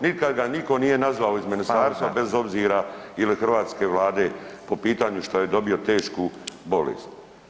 Nikad ga nitko nije nazvao iz ministarstva bez obzira ili hrvatske Vlade po pitanju što je dobio tešku bolest.